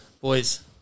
boys